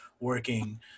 working